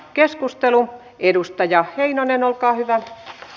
keskustelun edustaja heinonen olkaa hyvä